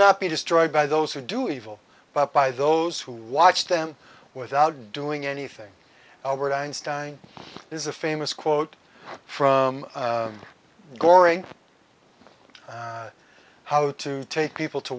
not be destroyed by those who do evil but by those who watch them without doing anything albert einstein is a famous quote from glory how to take people to